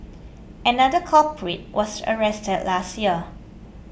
another culprit was arrested last year